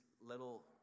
little